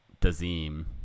dazim